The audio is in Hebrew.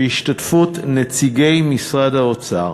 בהשתתפות נציגי משרד האוצר,